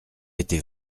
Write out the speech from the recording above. était